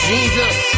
Jesus